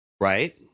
right